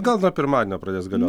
gal nuo pirmadienio pradės galio